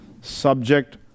subject